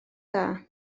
dda